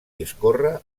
discorre